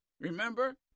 Remember